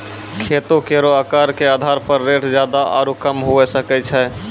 खेती केरो आकर क आधार पर रेट जादा आरु कम हुऐ सकै छै